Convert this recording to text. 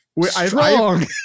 strong